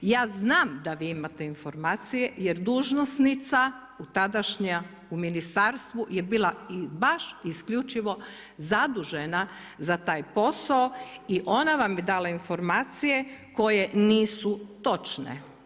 Ja znam da vi imate informacije jer dužnosnica tadašnja u ministarstvu je bila i baš isključivo zadužena za taj posao i ona vam je dala informacije koje nisu točne.